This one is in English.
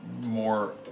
more